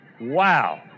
wow